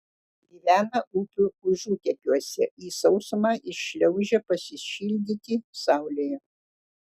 gyvena upių užutekiuose į sausumą iššliaužia pasišildyti saulėje